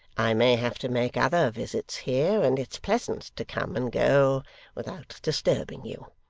i may have to make other visits here, and it's pleasant to come and go without disturbing you.